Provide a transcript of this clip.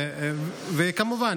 וכמובן,